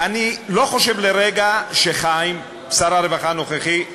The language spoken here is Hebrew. אני לא חושב לרגע שחיים, שר הרווחה הנוכחי,